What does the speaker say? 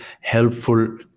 helpful